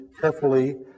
carefully